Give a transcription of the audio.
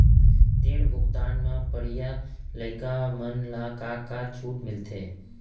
ऋण भुगतान म पढ़इया लइका मन ला का का छूट मिलथे?